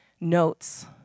notes